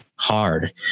hard